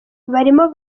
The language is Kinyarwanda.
barimo